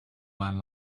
man